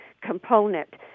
component